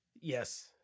Yes